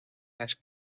las